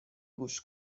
گوش